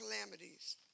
calamities